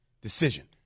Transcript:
decision